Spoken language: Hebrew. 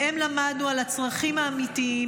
מהם למדנו על הצרכים האמיתיים,